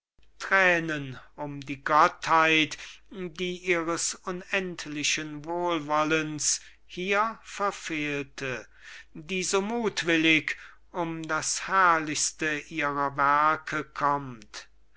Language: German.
luise thränen um die gottheit die ihres unendlichen wohlwollens hier verfehlte die so muthwillig um das herrlichste ihrer werke kommt o